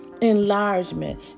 enlargement